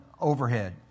overhead